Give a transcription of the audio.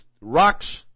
rocks